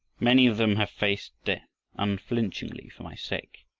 many of them have faced death unflinchingly for my sake.